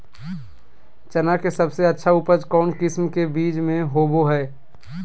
चना के सबसे अच्छा उपज कौन किस्म के बीच में होबो हय?